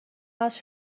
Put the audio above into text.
است